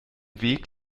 weg